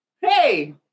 Hey